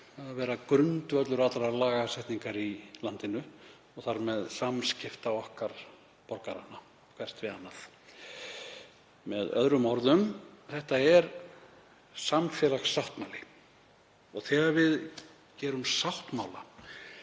að vera grundvöllur allrar lagasetningar í landinu og þar með samskipta okkar borgaranna hvert við annað. Með öðrum orðum, þetta er samfélagssáttmáli. Þegar við gerum sáttmála